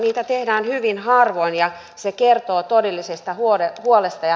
niitä tehdään hyvin harvoin ja se kertoo todellisesta huolesta